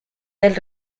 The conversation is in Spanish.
del